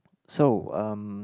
so um